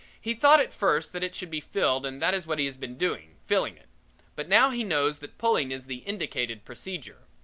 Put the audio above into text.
he thought at first that it should be filled and that is what he has been doing filling it but now he knows that pulling is the indicated procedure.